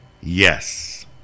yes